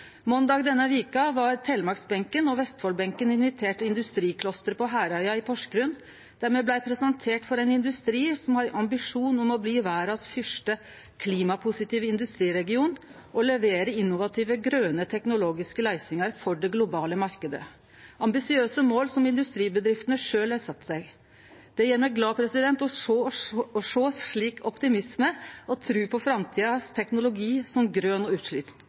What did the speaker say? Måndag denne veka var Telemarks-benken og Vestfold-benken inviterte til IndustriClusteret på Herøya i Porsgrunn, der me blei presenterte for ein industri som har ein ambisjon om å bli verdas fyrste klimapositive industriregion og levere innovative grøne teknologiske løysingar for den globale marknaden – ambisiøse mål som industribedriftene sjølve har sett seg. Det gjer meg glad å sjå slik optimisme og tru på framtidas teknologi som grøn og